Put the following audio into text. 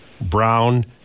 Brown